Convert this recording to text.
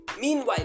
Meanwhile